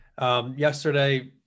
Yesterday